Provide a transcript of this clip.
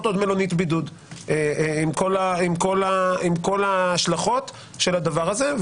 עוד מלונית בידוד עם כל ההשלכות של הדבר הזה.